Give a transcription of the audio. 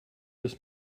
this